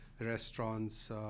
restaurants